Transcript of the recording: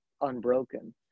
unbroken